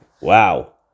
Wow